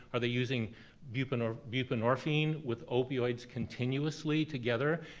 are they using buprenorphine buprenorphine with opioids continuously together?